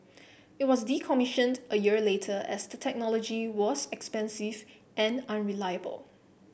it was decommissioned a year later as the technology was expensive and unreliable